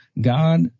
God